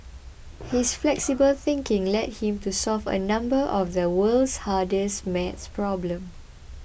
his flexible thinking led him to solve a number of the world's hardest math problems